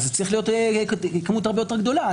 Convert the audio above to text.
זו צריכה להיות כמות הרבה יותר גדולה.